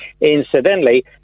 Incidentally